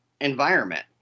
environment